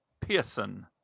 Pearson